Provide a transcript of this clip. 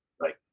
right